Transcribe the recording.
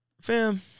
Fam